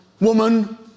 woman